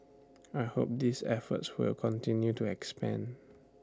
I hope these efforts will continue to expand